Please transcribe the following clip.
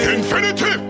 Infinity